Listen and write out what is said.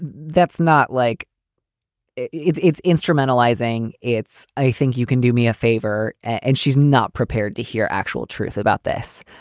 that's not like it's it's instrumentalized thing. it's i think you can do me a favor. and she's not prepared to hear actual truth about this.